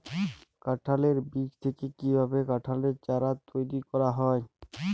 কাঁঠালের বীজ থেকে কীভাবে কাঁঠালের চারা তৈরি করা হয়?